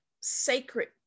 sacred